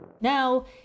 Now